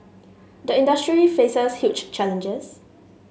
the industry faces huge challenges